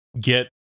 get